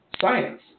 science